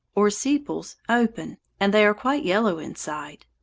or sepals, open, and they are quite yellow inside.